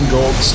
Gold